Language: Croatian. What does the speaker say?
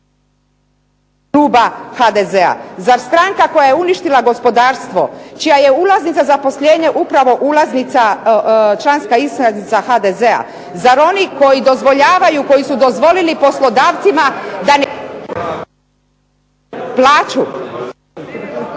kluba HDZ-a." Zar stranka koja je uništila gospodarstvo, čija je ulaznica zaposlenje upravo ulaznica članska iskaznica HDZ-a, zar oni koji dozvoljavaju koji su dozvolili poslodavcima … /Govornici